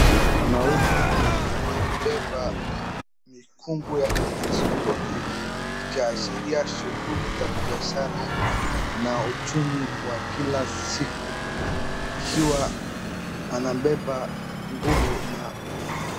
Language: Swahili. Wanaume wakibeba mikungu ya ndizi sokoni, ikiashiria shughuli za biashara na uchumi wa kila siku. Ikiwa anabeba nguvu na